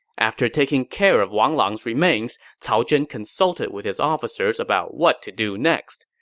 after taking care of wang lang's remains, cao zhen consulted with his officers about what to do next.